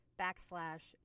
backslash